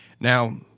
Now